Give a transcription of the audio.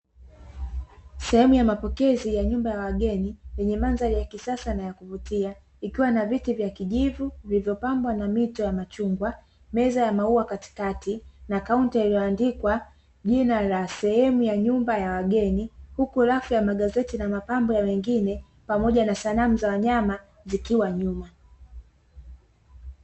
Sehemu ya mapokezi ya nyumba ya wageni yenye mandhari ya kisasa na ya kuvutia, ikiwa na viti vya kijivu vilivyopambwa na mito ya machungwa, meza ya maua katikati na akaunti iliyoandikwa jina la sehemu ya nyumba ya wageni. Huku rafu ya magazeti na mapambo ya wengine pamoja na sanamu za wanyama zikiwa nyuma.